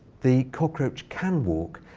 the cockroach can walk,